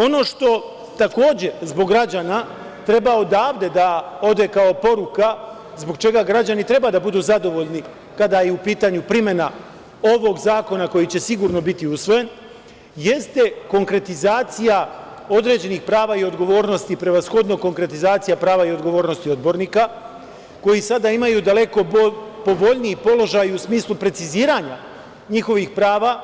Ono što takođe zbog građana treba odavde da ode kao poruka, zbog čega građani treba da budu zadovoljni kada je u pitanju primena ovog zakona koji će sigurno biti usvojen jeste konkretizacija određenih prava i odgovornosti, prevashodno konkretizacija prava i odgovornosti odbornika, koji sada imaju daleko povoljniji položaj u smislu preciziranja njihovih prava,